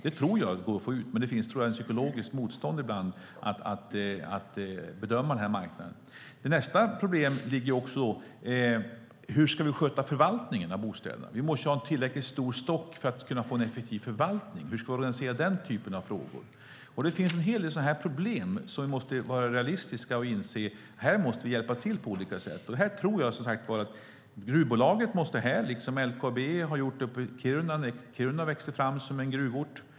Det tror jag, men det finns ibland ett psykologiskt motstånd när det gäller att bedöma den här marknaden. Ytterligare ett problem är hur vi ska sköta förvaltningen av bostäderna. Vi måste ha en tillräckligt stor stock för att vi ska kunna få en effektiv förvaltning. Hur ska vi hantera sådana frågor? Det finns en hel del sådana problem där vi måste hjälpa till på olika sätt. Jag tror att gruvbolaget måste vara med, liksom LKAB var när Kiruna växte som gruvort.